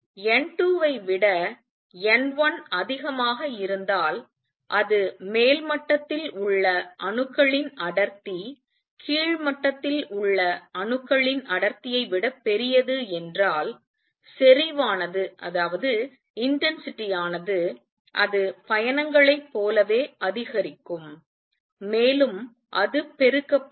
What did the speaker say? எனவே n2 ஐ விட n1 அதிகமாக இருந்தால் அது மேல் மட்டத்தில் உள்ள அணுக்களின் அடர்த்தி கீழ் மட்டத்தில் உள்ள அணுக்களின் அடர்த்தியை விடப் பெரியது என்றால் செறிவானது அது பயணங்களைப் போலவே அதிகரிக்கும் மேலும் அது பெருக்கப்படும்